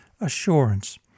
assurance